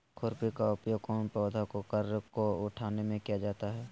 खुरपी का उपयोग कौन पौधे की कर को उठाने में किया जाता है?